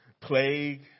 plague